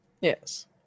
yes